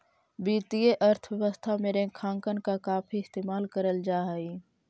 वित्तीय अर्थशास्त्र में रेखांकन का काफी इस्तेमाल करल जा हई